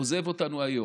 עוזב אותנו היום.